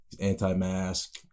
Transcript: anti-mask